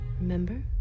remember